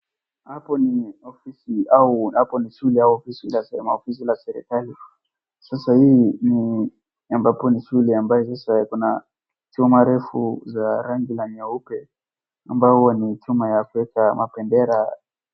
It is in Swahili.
Hapo ni ofiis au hapo ni shule au maofisi la serikali. Sasa hii ni ambapo ni shule ambaye sasa kuna chuma refu za rangi la nyeupe ambao huwa ni chuma ya kueka mabendera.